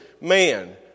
man